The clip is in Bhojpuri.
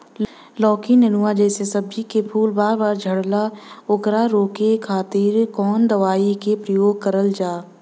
लौकी नेनुआ जैसे सब्जी के फूल बार बार झड़जाला ओकरा रोके खातीर कवन दवाई के प्रयोग करल जा?